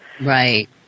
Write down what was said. Right